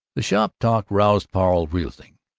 the shop-talk roused paul riesling.